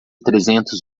trezentos